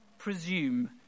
presume